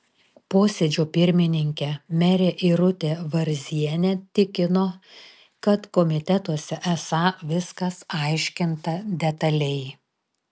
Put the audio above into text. posėdžio pirmininkė merė irutė varzienė tikino kad komitetuose esą viskas aiškinta detaliai